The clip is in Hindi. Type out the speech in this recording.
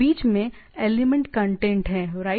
बीच में एलिमेंट कंटेंट हैं राइट